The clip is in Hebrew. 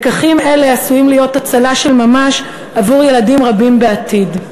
לקחים אלה עשויים להיות הצלה של ממש עבור ילדים רבים בעתיד.